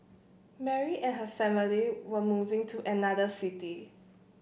Mary and her family were moving to another city